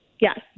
Yes